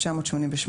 11. בחוק הספורט,